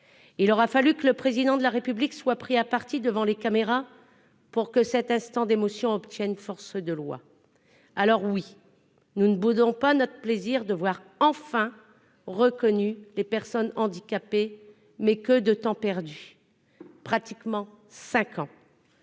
Il aura fallu que le Président de la République soit pris à partie devant les caméras pour que l'instant d'émotion filmé prenne force de loi. Alors oui, nous ne boudons pas notre plaisir de voir enfin reconnues les personnes handicapées. Mais que de temps perdu ! Presque cinq ans,